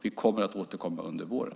Vi kommer att återkomma under våren.